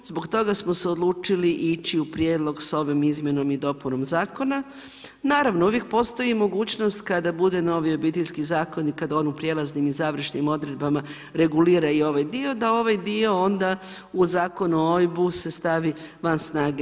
Zbog toga smo se odlučili ići u prijedlog s ovom izmjenom i dopunom zakona, naravno uvijek postoji mogućnost kada bude novi Obiteljski zakon i kada on u prijelaznim i završnim odredbama regulira i ovaj dio da ovaj dio onda u Zakonu o OIB-u se stavi van snage.